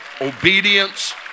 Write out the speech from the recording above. Obedience